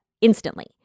instantly